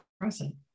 present